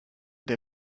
der